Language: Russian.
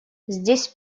здесь